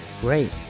Great